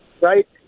right